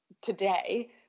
today